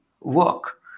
work